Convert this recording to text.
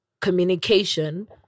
communication